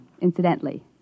incidentally